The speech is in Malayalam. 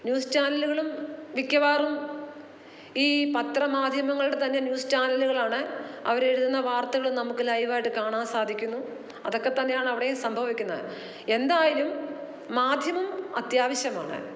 ന്യൂസ് ചാനലുകളും മിക്കവാറും ഈ പത്രമാധ്യമങ്ങളുടെ തന്നെ ന്യൂസ് ചാനലുകളാണ് അവരെഴുതുന്ന വാർത്തകൾ നമുക്ക് ലൈവായിട്ട് കാണാൻ സാധിക്കുന്നു അതൊക്കെ തന്നെയാണ് അവിടെയും സംഭവിക്കുന്നത് എന്തായാലും മാധ്യമം അത്യാവശ്യമാണ്